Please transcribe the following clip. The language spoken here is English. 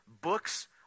Books